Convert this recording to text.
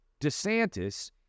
DeSantis